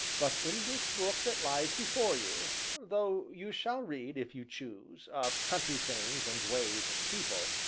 but in this book that lies before you, though you shall read, if you choose, of country things and ways and people,